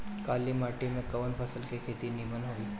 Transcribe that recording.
काली माटी में कवन फसल के खेती नीमन होई?